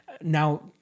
Now